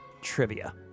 trivia